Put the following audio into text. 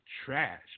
trash